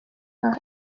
nka